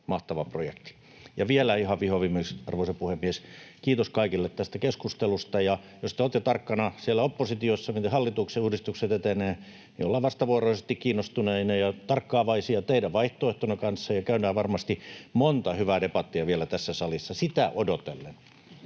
mahtava projekti. Ja vielä ihan vihoviimeiseksi, arvoisa puhemies, kiitos kaikille tästä keskustelusta. Jos te olette tarkkana siellä oppositiossa, miten hallituksen uudistukset etenevät, niin ollaan vastavuoroisesti kiinnostuneita ja tarkkaavaisia teidän vaihtoehtonne kanssa ja käydään varmasti monta hyvää debattia vielä tässä salissa. Sitä odotellen.